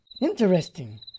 Interesting